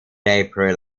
april